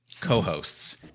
co-hosts